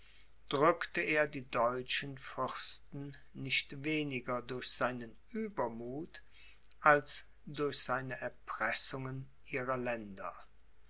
drückte er die deutschen fürsten nicht weniger durch seinen uebermuth als durch seine erpressungen ihre länder